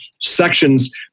sections